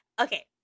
Okay